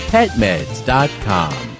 PetMeds.com